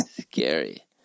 Scary